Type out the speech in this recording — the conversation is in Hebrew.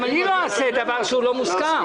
חייבים להגיע --- להסכמות.